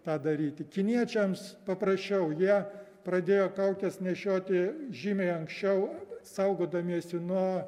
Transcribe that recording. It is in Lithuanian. tą daryti kiniečiams paprasčiau jie pradėjo kaukes nešioti žymiai anksčiau saugodamiesi nuo